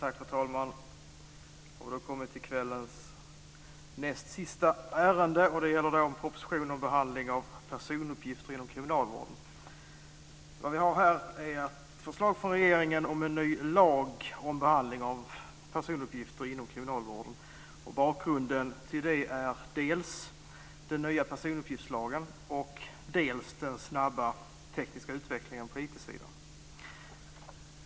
Fru talman! Då har vi kommit till kvällens näst sista ärende. Det gäller en proposition om behandling av personuppgifter inom kriminalvården. Vad vi har här är förslag från regeringen om en ny lag om behandling av personuppgifter inom kriminalvården. Bakgrunden till det är dels den nya personuppgiftslagen, dels den snabba tekniska utvecklingen på IT-sidan.